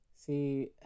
see